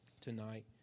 tonight